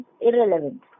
irrelevant